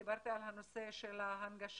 דיברתי על הנושא של ההנגשה.